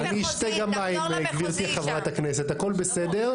אני אשתה גם מים, גבירתי חברת הכנסת, הכול בסדר.